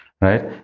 right